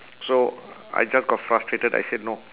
so I just got frustrated I said no